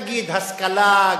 נגיד השכלה,